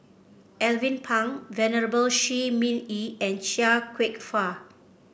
Alvin Pang Venerable Shi Ming Yi and Chia Kwek Fah